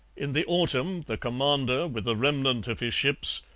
in the autumn the commander, with a remnant of his ships,